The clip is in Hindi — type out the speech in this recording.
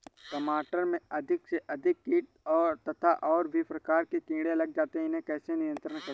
टमाटर में अधिक से अधिक कीट तथा और भी प्रकार के कीड़े लग जाते हैं इन्हें कैसे नियंत्रण करें?